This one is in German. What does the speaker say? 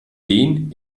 den